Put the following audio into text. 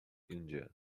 india